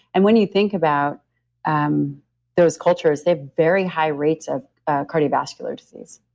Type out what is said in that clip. and when you think about um those cultures, they've very high rates of cardiovascular disease